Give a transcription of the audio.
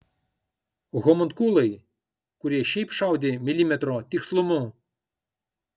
homunkulai kurie šiaip šaudė milimetro tikslumu